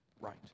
right